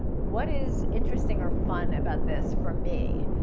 what is interesting or fun about this for me?